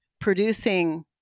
producing